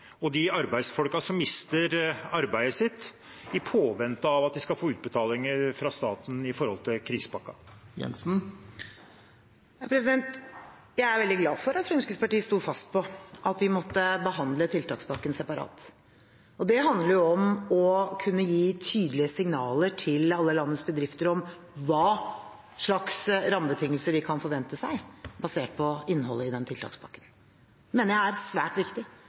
og de arbeidsfolka som mister arbeidet sitt i påvente av at de skal få utbetalinger fra staten gjennom krisepakken? Jeg er veldig glad for at Fremskrittspartiet sto fast på at vi måtte behandle tiltakspakken separat. Det handler om å kunne gi tydelige signaler til alle landets bedrifter om hva slags rammebetingelser de kan forvente seg basert på innholdet i den tiltakspakken. Jeg mener det er svært viktig